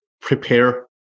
prepare